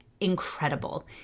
incredible